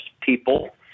people